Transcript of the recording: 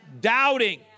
doubting